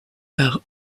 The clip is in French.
par